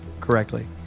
correctly